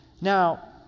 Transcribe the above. Now